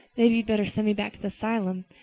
maybe you'd better send me back to the asylum.